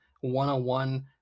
one-on-one